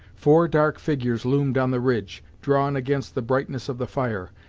four dark figures loomed on the ridge, drawn against the brightness of the fire,